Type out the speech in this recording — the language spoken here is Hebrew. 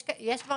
יש כבר